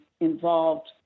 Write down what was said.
involved